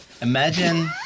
Imagine